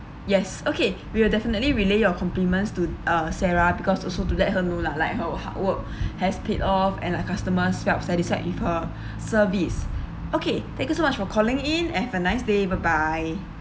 yes okay we will definitely relay your compliments to uh sarah because also to let her know lah like her hard work has paid off and a customer felt satisfied with her service okay thank you so much for calling in have a nice day bye bye